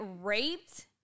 raped